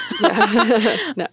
No